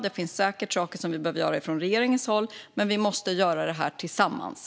Det finns säkert saker som behöver göras från regeringens håll, men vi måste göra det här tillsammans.